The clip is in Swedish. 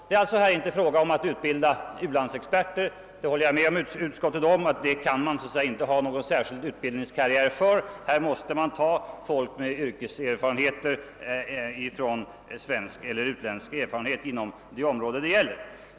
Det är alltså inte fråga om att utbilda u-landsexperter; jag håller med utskottet om att man inte kan ha någon särskild utbildningskarriär för detta ändamål. Man måste ta folk med yrkeserfarenheter från Sverige eller från de områden i u-länderna som är aktuella.